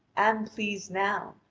am pleased now,